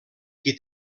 qui